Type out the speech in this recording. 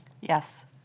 Yes